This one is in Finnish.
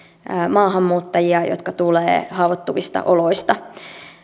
maahanmuuttajia jotka tulevat haavoittuvista oloista